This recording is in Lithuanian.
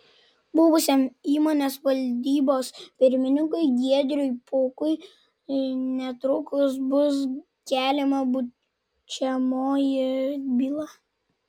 buvusiam įmonės valdybos pirmininkui giedriui pukui netrukus bus keliama baudžiamoji byla